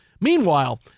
Meanwhile